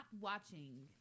watching